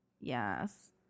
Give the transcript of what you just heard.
yes